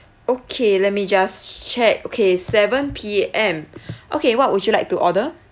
okay let me just check okay seven P_M okay what would you like to order